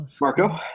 Marco